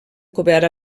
cobert